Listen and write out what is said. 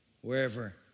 wherever